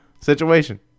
situation